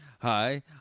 Hi